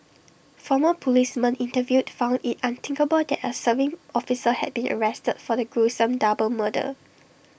former policemen interviewed found IT unthinkable that A serving officer had been arrested for the gruesome double murder